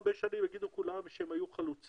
יש משהו שאנחנו כוועדה יכולים לעזור?